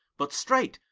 but straight,